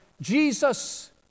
Jesus